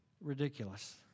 ridiculous